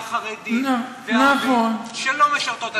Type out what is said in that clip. חרדית ואוכלוסייה ערבית שלא משרתות,